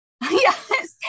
Yes